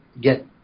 get